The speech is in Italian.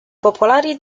popolari